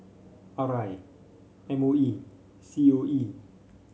R I M O E C O E